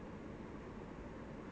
swimming classes lah what else